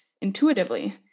intuitively